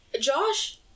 Josh